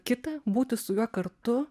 kitą būti su juo kartu